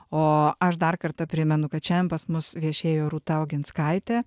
o aš dar kartą primenu kad šiandien pas mus viešėjo rūta oginskaitė